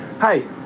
hey